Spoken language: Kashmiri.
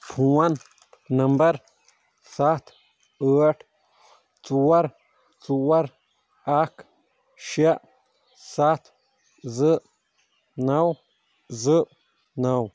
فون نَمبر سَتھ آٹھ ژور ژور اَکھ شےٚ سَتھ زٕ نَو زٕ نَو